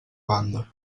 banda